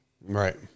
Right